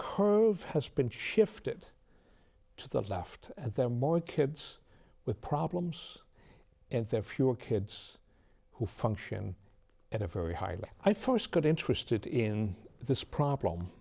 curve has been shifted to the left and they're more kids with problems and there are fewer kids who function at a very highly i first got interested in this problem